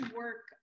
work